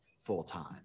full-time